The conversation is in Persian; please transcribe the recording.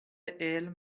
علم